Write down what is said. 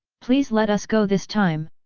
please let us go this time!